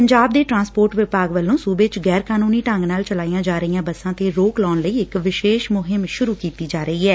ਪੰਜਾਬ ਦੇ ਟਰਾਂਸਪੋਰਟ ਵਿਭਾਗ ਵੱਲੋਂ ਸੂਬੇ ਚ ਗੈਰ ਕਾਨੂੰਨੀ ਢੰਗ ਨਾਲ ਚਲਾਈਆਂ ਜਾ ਰਹੀਆਂ ਬੱਸਾਂ ਤੇ ਰੋਕ ਲਾਉਣ ਲਈ ਇਕ ਵਿਸ਼ੇਸ਼ ਮੁਹਿੰਮ ਸੁਰੂ ਕੀਤੀ ਜਾ ਰਹੀ ਐ